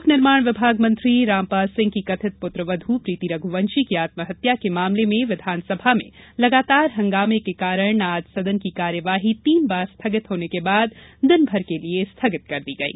लोक निर्माण विभाग मंत्री रामपाल सिंह की कथित पुत्रवधू प्रीति रघुवंशी की आत्महत्या के मामले में राज्य विधानसभा में लगातार हंगामे के कारण आज सदन की कार्यवाही तीन बार स्थगित होने के बाद दिन भर के लिए स्थगित कर दी गई